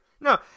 no